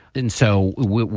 and so what?